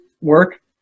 work